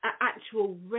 actual